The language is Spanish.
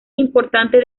importante